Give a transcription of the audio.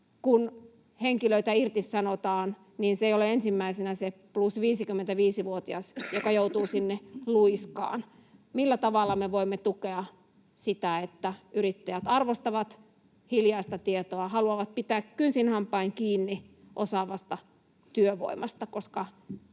kun henkilöitä irtisanotaan, se ei ole ensimmäisenä se plus 55 ‑vuotias, joka joutuu sinne luiskaan? Millä tavalla me voimme tukea sitä, että yrittäjät arvostavat hiljaista tietoa ja haluavat pitää kynsin hampain kiinni osaavasta työvoimasta? He